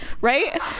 Right